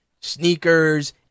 Sneakers